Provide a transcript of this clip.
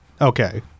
Okay